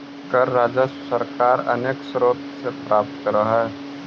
कर राजस्व सरकार अनेक स्रोत से प्राप्त करऽ हई